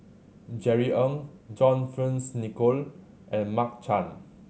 Jerry Ng John Fearns Nicoll and Mark Chan